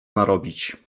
narobić